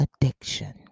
addiction